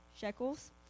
shekels